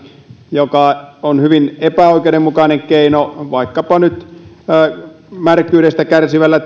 joka on hyvin epäoikeudenmukainen keino vaikkapa jos nyt ajatellaan märkyydestä kärsivää